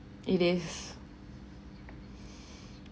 it is